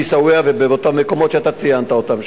בעיסאוויה ובאותם מקומות שאתה ציינת אותם,